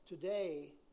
Today